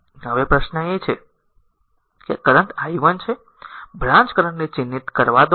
હવે પ્રશ્ન એ છે કે r આ કરંટ i 1 છે આ બ્રાંચ કરંટ ને ચિહ્નિત કરવા દો